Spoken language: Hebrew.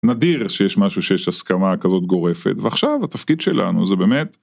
נדיר שיש משהו שיש הסכמה כזאת גורפת ועכשיו התפקיד שלנו זה באמת